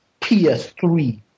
PS3